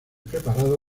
preparado